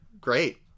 Great